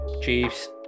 Chiefs